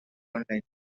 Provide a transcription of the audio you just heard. online